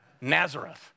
Nazareth